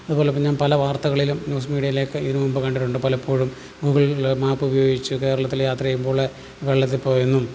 അതുപോലെ ഇപ്പോള് ഞാൻ പല വാർത്തകളിലും ന്യൂസ് മീഡിയയിലൊക്കെ ഇതിനു മുമ്പ് കണ്ടിട്ടുണ്ട് പലപ്പോഴും ഗൂഗിൾ മാപ്പുപയോഗിച്ച് കേരളത്തില് യാത്ര ചെയ്യുമ്പോള് വെള്ളത്തില് പോയെന്നും